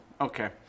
okay